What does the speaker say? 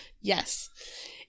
yes